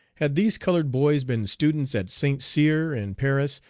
had these colored boys been students at st. cyr, in paris,